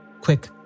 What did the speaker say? quick